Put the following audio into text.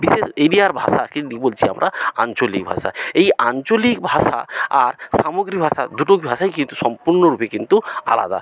বিশেষ এরিয়ার ভাষা বলছি আমরা আঞ্চলিক ভাষা এই আঞ্চলিক ভাষা আর সামগ্রিক ভাষা দুটো ভাষাই কিন্তু সম্পূর্ণরূপে কিন্তু আলাদা